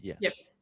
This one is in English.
yes